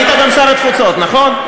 היית גם שר התפוצות, נכון?